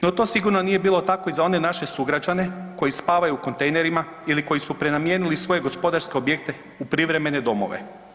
No, to sigurno nije bilo tako i za one naše sugrađane koji spavaju u kontejnerima ili koji su prenamijenili svoje gospodarske objekte u privremene domove.